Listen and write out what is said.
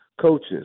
coaches